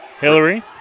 Hillary